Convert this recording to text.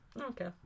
Okay